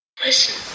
Listen